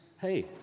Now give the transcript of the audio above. Hey